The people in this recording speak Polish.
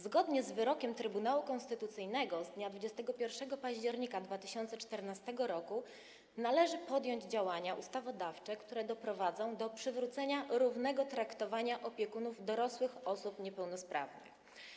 Zgodnie z wyrokiem Trybunału Konstytucyjnego z dnia 21 października 2014 r. należy podjąć działania ustawodawcze, które doprowadzą do przywrócenia równego traktowania opiekunów dorosłych osób niepełnosprawnych.